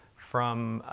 from